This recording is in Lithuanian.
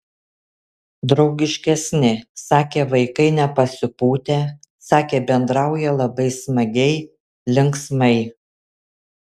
draugiškesni sakė vaikai nepasipūtę sakė bendrauja labai smagiai linksmai